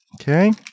Okay